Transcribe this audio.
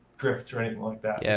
drift or anything like that. yeah